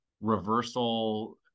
reversal